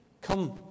come